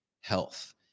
Health